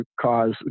cause